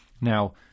Now